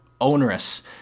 onerous